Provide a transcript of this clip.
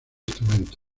instrumento